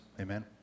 Amen